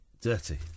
dirty